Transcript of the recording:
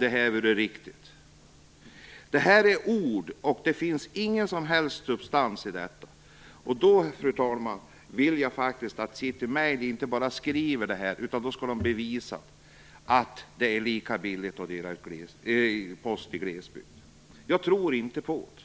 Det är bara ord. Det finns igen som helst substans i detta. Fru talman! Jag vill faktiskt att City-Mail inte bara skriver detta utan också bevisar att det är lika billigt att dela ut post i glesbygd. Jag tror inte på det.